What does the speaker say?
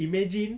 imagine